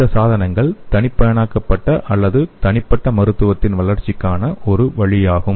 இந்த சாதனங்கள் தனிப்பயனாக்கப்பட்ட அல்லது தனிப்பட்ட மருத்துவத்தின் வளர்ச்சிக்கான ஒரு வழியாகும்